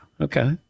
Okay